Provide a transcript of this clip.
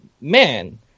man